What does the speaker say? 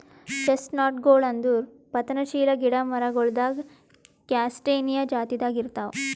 ಚೆಸ್ಟ್ನಟ್ಗೊಳ್ ಅಂದುರ್ ಪತನಶೀಲ ಗಿಡ ಮರಗೊಳ್ದಾಗ್ ಕ್ಯಾಸ್ಟಾನಿಯಾ ಜಾತಿದಾಗ್ ಇರ್ತಾವ್